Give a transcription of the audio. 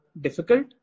difficult